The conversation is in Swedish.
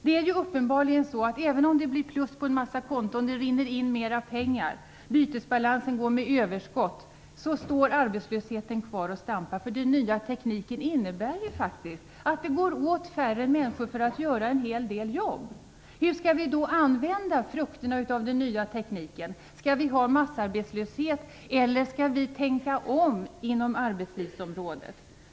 Det är uppenbart att även om det blir plus på en mängd konton, mera pengar rinner in och bytesbalansen går med överskott, står arbetslösheten kvar och stampar. Den nya tekniken innebär faktiskt att det går åt färre människor för att göra en hel del jobb. Hur skall vi då använda frukterna av den nya tekniken? Skall vi ha massarbetslöshet eller skall vi tänka om på arbetslivsområdet?